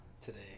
today